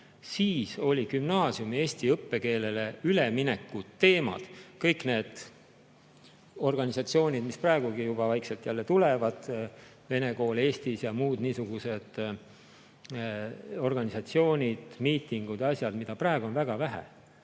siis olid gümnaasiumi eesti õppekeelele ülemineku teemad, kõik need organisatsioonid, mis praegugi juba vaikselt jälle tulevad, Vene Kool Eestis ja muud niisugused organisatsioonid, miitingud ja asjad, mida praegu on väga vähe.